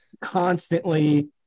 constantly